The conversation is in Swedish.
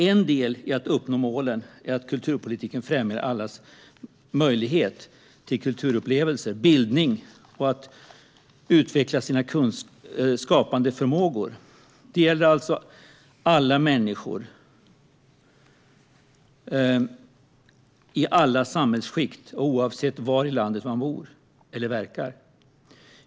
En del i att uppnå målen är att kulturpolitiken främjar allas möjlighet till kulturupplevelse, till bildning och till att utveckla sina skapande förmågor. Det gäller alltså alla människor i alla samhällsskikt och oavsett var i landet man bor eller verkar.